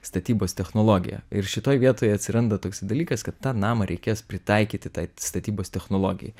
statybos technologiją ir šitoj vietoj atsiranda toks dalykas kad tą namą reikės pritaikyti tai statybos technologijai